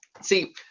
See